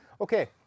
Okay